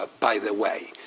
ah by the way.